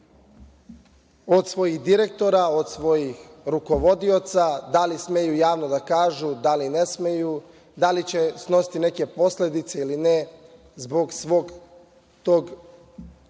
od svojih direktora, od svojih rukovodioca da li smeju javno da kažu, da li ne smeju, da li će snositi neke posledice ili ne zbog svog tog